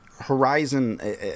horizon